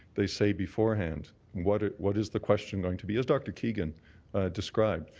they say beforehand what ah what is the question going to be? as dr. keigan described,